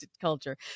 culture